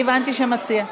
אני הבנתי שהמציע,